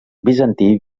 bizantí